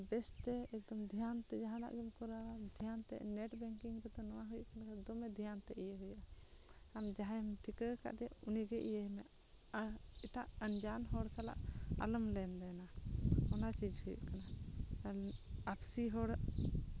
ᱵᱮᱥᱛᱮ ᱮᱠᱫᱚᱢ ᱫᱷᱮᱭᱟᱱ ᱛᱮ ᱡᱟᱦᱟᱱᱟᱜ ᱜᱮᱢ ᱠᱚᱨᱟᱣᱟ ᱱᱮᱹᱴ ᱵᱮᱝᱠᱤᱝ ᱠᱟᱛᱮᱫ ᱱᱚᱣᱟ ᱦᱩᱭᱩᱜ ᱠᱟᱱᱟ ᱫᱚᱢᱮ ᱫᱷᱮᱭᱟᱱ ᱛᱮ ᱤᱭᱟᱹ ᱦᱩᱭᱩᱜᱼᱟ ᱟᱢ ᱡᱟᱦᱟᱸᱭᱮᱢ ᱴᱷᱤᱠᱟᱹ ᱠᱟᱫᱮᱭᱟ ᱩᱱᱤ ᱤᱭᱟᱹᱭᱮᱱᱟ ᱮᱴᱟᱜ ᱟᱱᱡᱟᱱ ᱦᱚᱲ ᱥᱟᱞᱟᱜ ᱟᱞᱚᱢ ᱞᱮᱱᱫᱮᱱᱟ ᱚᱱᱟ ᱪᱮᱧᱡᱽ ᱦᱩᱭᱩᱜ ᱠᱟᱱᱟ ᱟᱨ ᱟᱹᱠᱥᱤ ᱦᱚᱲᱟᱜ